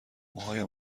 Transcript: موهایم